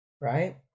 right